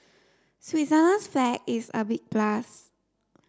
Switzerland's flag is a big plus